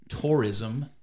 tourism